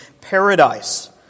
paradise